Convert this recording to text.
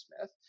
Smith